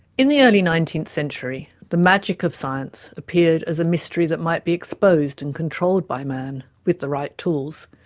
in the early nineteenth century, the magic of science appeared as a mystery that might be exposed and controlled by man, with the right tools.